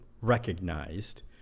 recognized